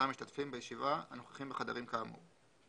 המשתתפים בישיבה הנוכחים בחדרים כאמור.